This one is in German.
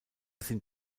sind